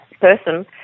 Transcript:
person